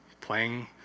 playing